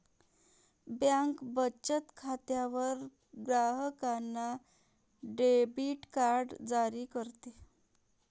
bank बचत खात्यावर ग्राहकांना डेबिट कार्ड जारी करते